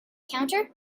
counter